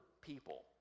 people